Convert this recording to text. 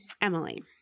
Emily